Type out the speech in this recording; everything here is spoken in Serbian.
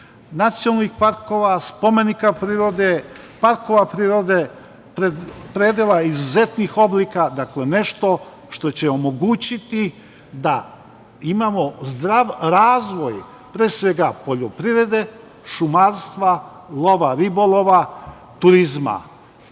nacionalnih parkova, spomenika prirode, parkova prirode, predela izuzetnih oblika, dakle, nešto što će omogućiti da imamo zdrav razvoj, pre svega, poljoprivrede, šumarstva, lova, ribolova, turizma.